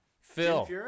Phil